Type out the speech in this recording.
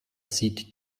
sieht